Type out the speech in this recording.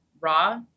raw